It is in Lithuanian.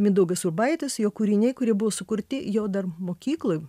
mindaugas urbaitis jo kūriniai kurie buvo sukurti jo dar mokykloj